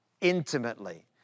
intimately